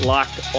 Locked